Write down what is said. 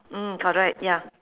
mm correct ya